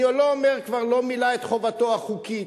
אני לא אומר כבר לא מילא את חובתו החוקית,